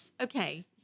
Okay